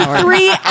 Three